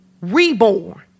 reborn